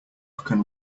can